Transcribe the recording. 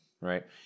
right